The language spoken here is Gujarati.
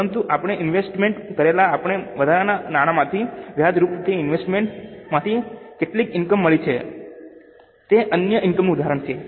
પરંતુ આપણે ઇન્વેસ્ટમેન્ટ કરેલા આપણાં વધારાના નાણાંમાંથી અમને વ્યાજના રૂપમાં તે ઇન્વેસ્ટમેન્ટ માંથી કેટલીક ઇનકમ મળી છે તે અન્ય ઇનકમ નું ઉદાહરણ છે